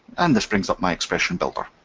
and this brings up my expression builder.